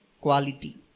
quality